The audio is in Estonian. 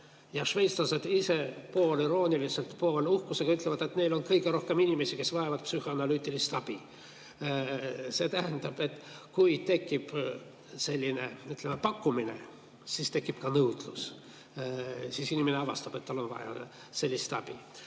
Šveitslased ise pooleldi irooniliselt ja pooleldi uhkusega ütlevad, et neil on kõige rohkem inimesi, kes vajavad psühhoanalüütilist abi. See tähendab, et kui tekib pakkumine, siis tekib ka nõudlus. Siis inimene avastab, et tal on vaja sellist abi.